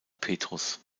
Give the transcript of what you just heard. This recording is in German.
petrus